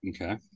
Okay